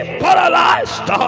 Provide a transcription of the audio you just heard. paralyzed